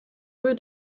rue